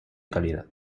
calidad